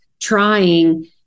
trying